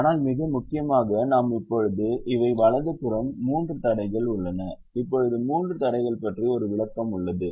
ஆனால் மிக முக்கியமாக நாம் இப்போது இவை வலது புறம் மூன்று தடைகள் உள்ளன இப்போது மூன்று தடைகள் பற்றி ஒரு விளக்கம் உள்ளது